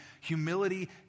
Humility